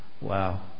Wow